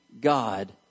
God